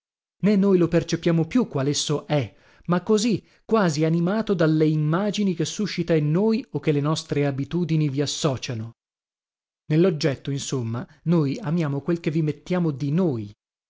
noi lo percepiamo più qual esso è ma così quasi animato dalle immagini che suscita in noi o che le nostre abitudini vi associano nelloggetto insomma noi amiamo quel che vi mettiamo di noi